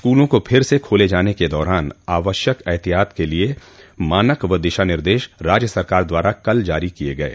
स्कूलों को फिर से खोले जाने के दौरान आवश्यक एहतियात के लिए मानक दिशा निर्देश राज्य सरकार द्वारा कल जारी किए गये